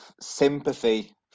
sympathy